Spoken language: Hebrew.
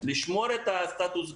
לשמור את הסטטוס קוו,